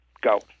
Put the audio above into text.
Go